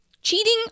Cheating